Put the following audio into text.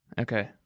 Okay